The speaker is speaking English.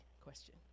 question